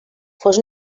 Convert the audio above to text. fos